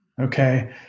okay